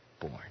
born